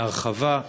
להרחבה,